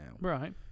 Right